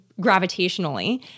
gravitationally